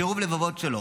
קירוב הלבבות שלו,